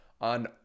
on